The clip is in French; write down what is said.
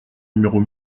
numéros